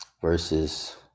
versus